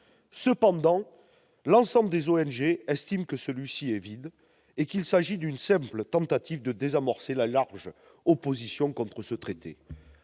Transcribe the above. Cependant, l'ensemble des ONG estime qu'il est vide et qu'il s'agit d'une simple tentative de désamorcer la large opposition que suscite ce traité.